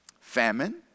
famine